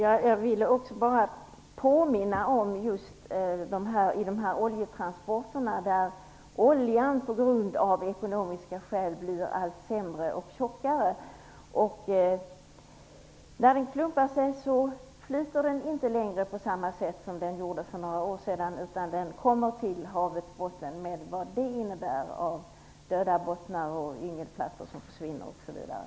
Herr talman! I fråga om oljetransporterna vill jag bara påminna om att oljan av ekonomiska skäl blir allt sämre och tjockare. När oljan klumpar sig flyter den inte på samma sätt som för några år sedan. I stället sjunker den till havets botten, med de konsekvenser som det får - döda bottnar, yngelplatser som försvinner osv.